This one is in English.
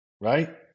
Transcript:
right